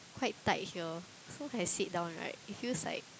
quite tight here so I sit down right it feels like